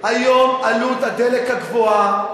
היום עלות הדלק הגבוהה,